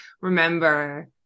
remember